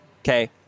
okay